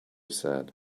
said